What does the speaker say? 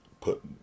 put